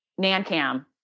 Nancam